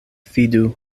fidu